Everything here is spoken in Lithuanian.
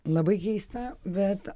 labai keista bet